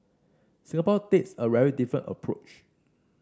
Singapore takes a very different approach